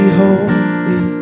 holy